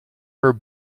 her